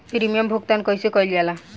Premium भुगतान कइसे कइल जाला?